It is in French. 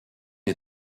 est